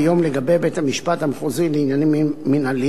לגבי בית-המשפט המחוזי לעניינים מינהליים,